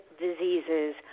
diseases